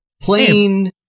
plain